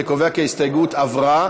אני קובע כי ההסתייגות עברה.